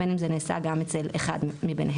גם אם זה נעשה רק אצל אחד מבניהם.